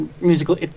musical